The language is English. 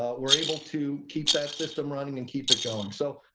ah we're able to keep that system running and keep it going. so.